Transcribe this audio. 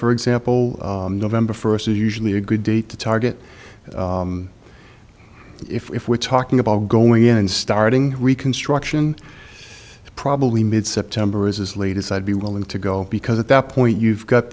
for example november first is usually a good day to target if we're talking about going in and starting reconstruction probably mid september is as late as i'd be willing to go because at that point you've got